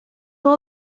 all